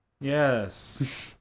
Yes